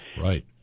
right